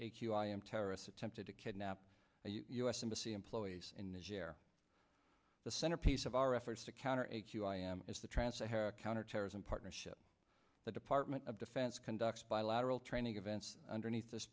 a q i m terrorists attempted to kidnap u s embassy employees in this year the centerpiece of our efforts to counter a q i am as the translator counterterrorism partnership the department of defense conducts bilateral training events underneath this